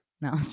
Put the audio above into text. no